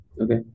Okay